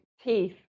teeth